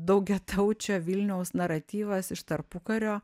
daugiataučio vilniaus naratyvas iš tarpukario